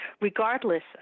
regardless